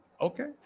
okay